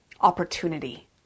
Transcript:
opportunity